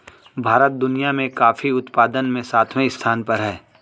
भारत दुनिया में कॉफी उत्पादन में सातवें स्थान पर है